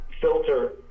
filter